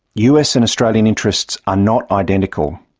us and australian interests are not identical.